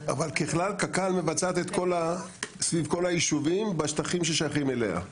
הם לא ברשימה של מה שאנחנו מדברים עליו.